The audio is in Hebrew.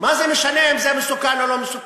מה זה משנה אם זה מסוכן או לא מסוכן?